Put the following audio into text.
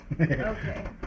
okay